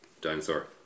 Dinosaur